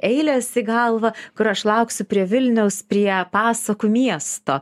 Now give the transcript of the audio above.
eilės į galvą kur aš lauksiu prie vilniaus prie pasakų miesto